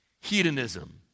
hedonism